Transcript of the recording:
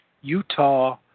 Utah